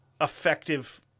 effective